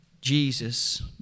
Jesus